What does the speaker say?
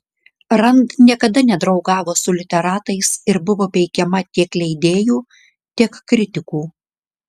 rand niekada nedraugavo su literatais ir buvo peikiama tiek leidėjų tiek kritikų